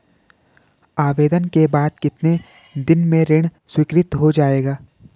आवेदन के बाद कितने दिन में ऋण स्वीकृत हो जाएगा?